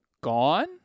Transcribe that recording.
gone